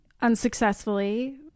unsuccessfully